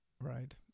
Right